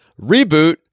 Reboot